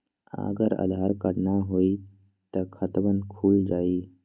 अगर आधार न होई त खातवन खुल जाई?